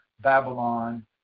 Babylon